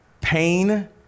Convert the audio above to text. pain